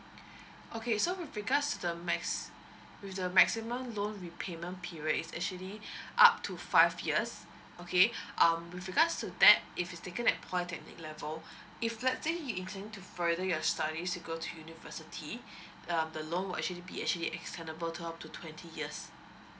okay so with regards to the max with the maximum loan repayment period is actually up to five years okay um with regards to that if it's taken at polytechnic level if let's say you intending to further your studies to go to university err the loan will actually be actually extendable to up to twenty years